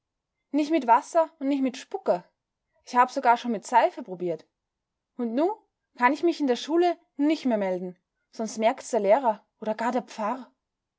nich mit wasser und nich mit spucke ich hab sogar schon mit seife probiert und nu kann ich mich in der schule nich mehr melden sonst merkt's der lehrer oder gar der pfarr